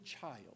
child